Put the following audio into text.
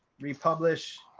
republish